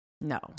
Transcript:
No